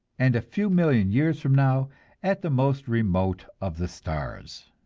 and a few million years from now at the most remote of the stars.